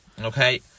Okay